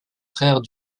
frères